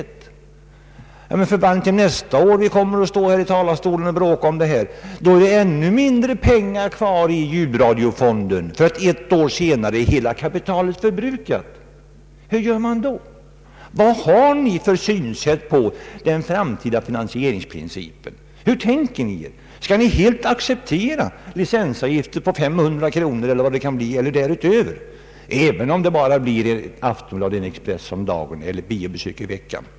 Men, fru Wallentheim, nästa år när vi kommer att stå här i talarstolen och bråka om detta finns det ännu mindre pengar kvar i ljudradiofonden. Om ytterligare ett år är hela kapitalet förbrukat. Hur gör man då? Vad har ni för synsätt på den framtida finansieringsprincipen? Skall man acceptera licensavgifter på 500 kronor eller därutöver, även om det bara motsvarar ett Aftonblad och en Expressen om dagen eller ett biobesök i veckan?